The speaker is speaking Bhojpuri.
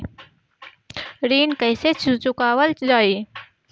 ऋण कैसे चुकावल जाई?